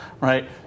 right